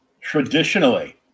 traditionally